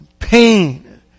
pain